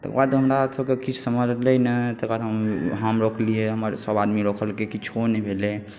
तकरा बाद हमरासभके किछो सम्हरलै नहि तकर बाद हम रोकलियै हमर सभ आदमी रोकलकै किछो नहि भेलै